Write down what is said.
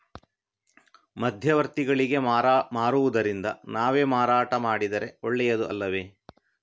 ಮಧ್ಯವರ್ತಿಗಳಿಗೆ ಮಾರುವುದಿಂದ ನಾವೇ ಮಾರಾಟ ಮಾಡಿದರೆ ಒಳ್ಳೆಯದು ಅಲ್ಲವೇ?